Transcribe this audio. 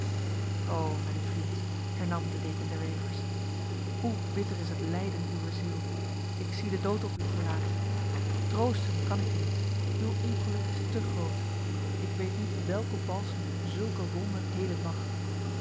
o mijn vriend hernam de deken der wevers hoe bitter is het lijden uwer ziel ik zie de dood op uw gelaat troosten kan ik u niet uw ongeluk is te groot ik weet niet welke balsem zulke wonden helen mag